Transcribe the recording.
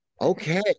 okay